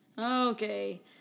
Okay